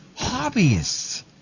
hobbyists